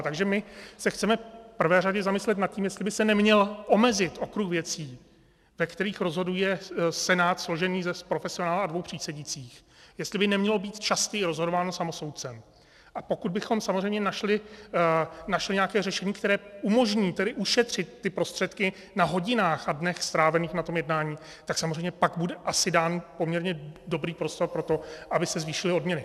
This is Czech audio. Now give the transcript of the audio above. Takže my se chceme v prvé řadě zamyslet nad tím, jestli by se neměl omezit okruh věcí, ve kterých rozhoduje senát složený z profesionála a dvou přísedících, jestli by nemělo být častěji rozhodováno samosoudcem, a pokud bychom samozřejmě našli nějaké řešení, které umožní ušetřit ty prostředky na hodinách a dnech strávených na tom jednání, tak samozřejmě pak bude asi dán poměrně dobrý prostor pro to, aby se zvýšily odměny.